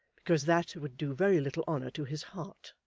because that would do very little honour to his heart.